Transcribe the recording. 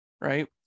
Right